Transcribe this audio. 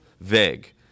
vague